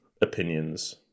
opinions